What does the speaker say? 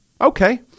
Okay